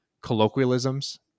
colloquialisms